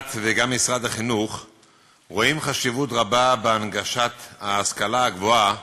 ות"ת וגם משרד החינוך רואים חשיבות רבה בהנגשת ההשכלה הגבוהה